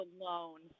alone